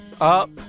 up